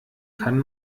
kann